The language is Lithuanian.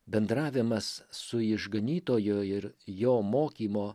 bendravimas su išganytojo ir jo mokymo